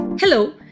Hello